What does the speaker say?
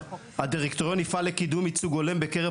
"הדירקטוריון יפעל לקידום ייצוג הולם בקרב